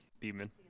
demon